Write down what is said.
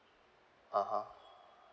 (uh huh)